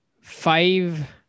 five